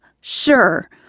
sure